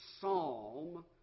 psalm